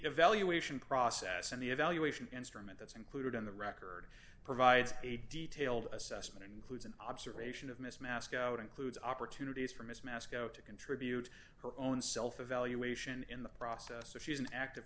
evaluation process and the evaluation instrument that's included on the record provides a detailed assessment includes an observation of missed mask out includes opportunities for mis masco to contribute her own self evaluation in the process if she is an active